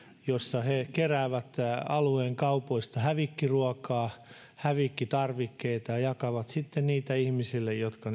jossa he keräävät alueen kaupoista hävikkiruokaa hävikkitarvikkeita ja jakavat sitten niitä ihmisille jotka